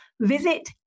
Visit